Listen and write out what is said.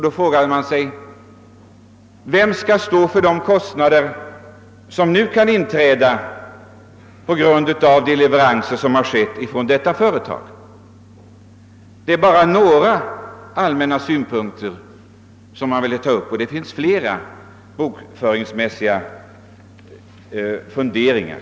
Då frågor man sig: Vem skall stå för de kostnader som kan uppstå på grund av leveranser från detta företag? Det här är bara några allmänna synpunkter; man kan ha flera funderingar rörande bokföringen.